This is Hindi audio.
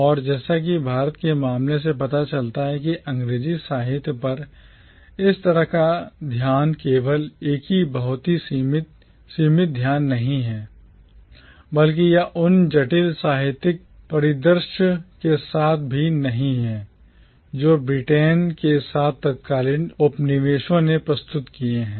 और जैसा कि भारत के मामले से पता चलता है कि अंग्रेजी साहित्य पर इस तरह का ध्यान केवल एक बहुत ही सीमित ध्यान नहीं है बल्कि यह उन जटिल साहित्यिक परिदृश्य के साथ भी नहीं है जो Britain ब्रिटेन के तत्कालीन उपनिवेशों ने प्रस्तुत किए हैं